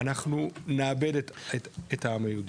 אנחנו נאבד את העם היהודי.